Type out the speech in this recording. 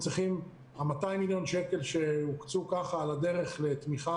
ה-200 מיליון שקל שהוקצו על הדרך לתמיכה